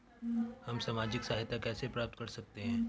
हम सामाजिक सहायता कैसे प्राप्त कर सकते हैं?